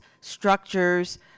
structures